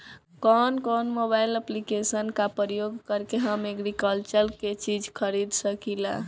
कउन कउन mobile application का प्रयोग करके हम एग्रीकल्चर के चिज खरीद सकिला?